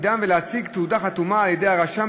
תפקידם ולהציג תעודה חתומה על-ידי הרשם,